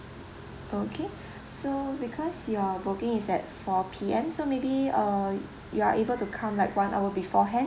okay so because your booking is at four P_M so maybe err you are able to come like one hour beforehand